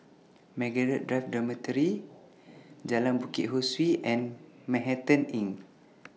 Margaret Drive Dormitory Jalan Bukit Ho Swee and Manhattan Inn